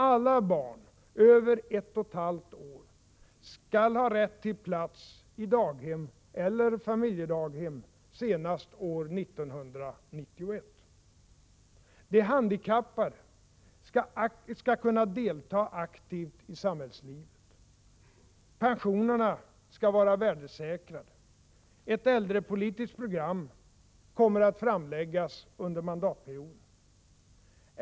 Alla barn över ett och ett halvt år De handikappade skall kunna delta aktivt i samhällslivet. Pensionerna skall vara värdesäkrade. Ett äldrepolitiskt program kommer att framläggas under mandatperioden.